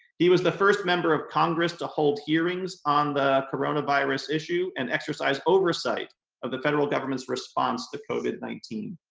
he was the first member of congress to hold hearings on the coronavirus issue and exercise oversight of the federal government's response to covid nineteen.